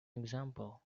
example